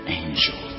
angel